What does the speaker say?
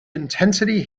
intensity